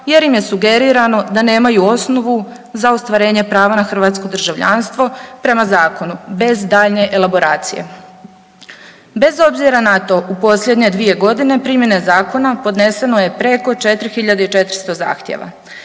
jer im je sugerirano da nemaju osnovu za ostvarenje prava na hrvatsko državljanstvo prema zakonu bez daljnje elaboracije. Bez obzira na to u posljednje 2.g. primjene zakona podneseno je preko 4400 zahtjeva.